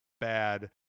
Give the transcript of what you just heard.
bad